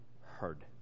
heard